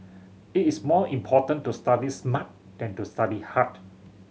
it is more important to study smart than to study hard